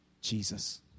Jesus